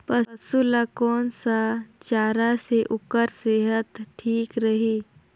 पशु ला कोन स चारा से ओकर सेहत ठीक रही?